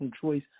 choice